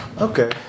Okay